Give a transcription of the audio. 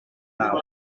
naw